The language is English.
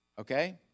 Okay